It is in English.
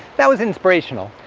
that was inspirational,